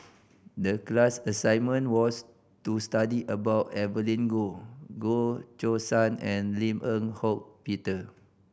the class assignment was to study about Evelyn Goh Goh Choo San and Lim Eng Hock Peter